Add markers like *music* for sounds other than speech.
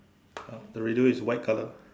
ah the radio is white colour *breath*